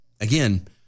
again